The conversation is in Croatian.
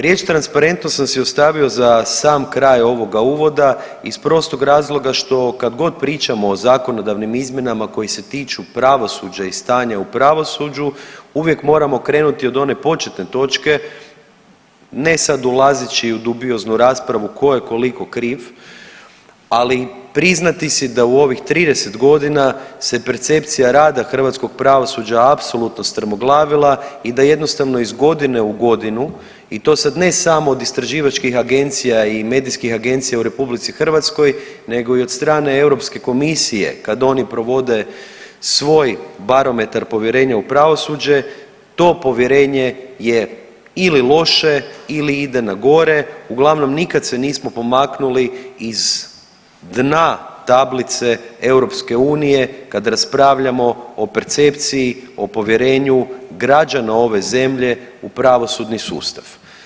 Riječ transparentno sam si ostavio za sam kraj ovoga uvoda iz prostog razloga što kadgod pričamo o zakonodavnim izmjenama koji se tiču pravosuđa i stanja u pravosuđu uvijek moramo krenuti od one početne točke, ne sad ulazeći u dubioznu raspravu ko je koliko kriv, ali priznati si da u ovih 30 godina se percepcija rada hrvatskog pravosuđa apsolutno strmoglavila i da jednostavno iz godine u godinu i to sad ne samo od istraživačkih agencija i medijskih agencija u RH nego i od strane Europske komisije kad oni provode svoj barometar povjerenja u pravosuđe to povjerenje je ili loše ili ide na gore, uglavnom nikad se nismo pomaknuli iz dna tablice EU kad raspravljamo o percepciji, o povjerenju građana ove zemlje u pravosudni sustav.